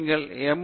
நீங்கள் எம்